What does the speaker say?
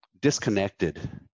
disconnected